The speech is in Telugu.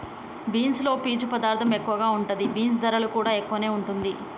బీన్స్ లో పీచు పదార్ధం ఎక్కువ ఉంటది, బీన్స్ ధరలు కూడా ఎక్కువే వుంటుంది